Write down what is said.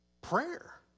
prayer